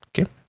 okay